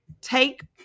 take